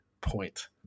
point